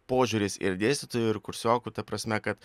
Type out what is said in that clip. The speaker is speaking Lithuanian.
požiūris ir dėstytojų ir kursiokų ta prasme kad